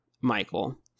michael